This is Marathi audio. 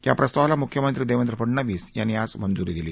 या प्रस्तावाला मुख्यमंत्री देवेंद्र फडणवीस यांनी आज मंजुरी दिली